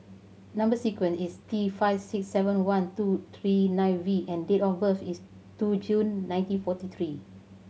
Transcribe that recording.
number sequence is T five six seven one two three nine V and date of birth is two June nineteen forty three